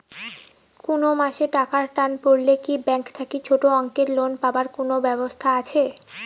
কুনো মাসে টাকার টান পড়লে কি ব্যাংক থাকি ছোটো অঙ্কের লোন পাবার কুনো ব্যাবস্থা আছে?